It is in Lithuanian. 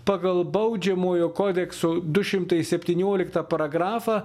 pagal baudžiamojo kodekso du šimtai septynioliktą paragrafą